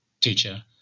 teacher